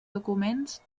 documents